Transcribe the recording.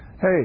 hey